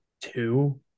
two